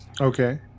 okay